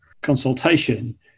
consultation